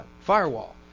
firewall